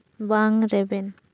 ᱵᱟᱝ ᱨᱮᱵᱮᱱ